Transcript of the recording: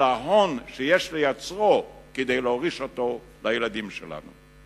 אלא הון שיש לייצרו כדי להוריש אותו לילדים שלנו.